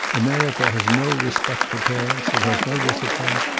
america has no respect for parents. it has no discipline.